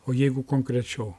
o jeigu konkrečiau